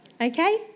Okay